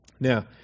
Now